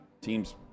teams